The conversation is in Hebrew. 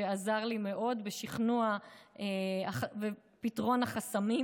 שעזר לי מאוד בשכנוע ובפתרון החסמים.